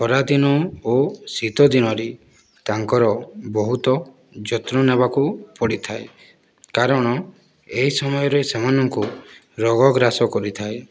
ଖରାଦିନ ଓ ଶୀତଦିନରେ ତାଙ୍କର ବହୁତ ଯତ୍ନ ନେବାକୁ ପଡ଼ିଥାଏ କାରଣ ଏହି ସମୟରେ ସେମାନଙ୍କୁ ରୋଗଗ୍ରାସ କରିଥାଏ